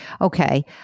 Okay